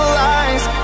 lies